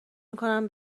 میکنم